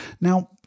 Now